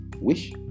wish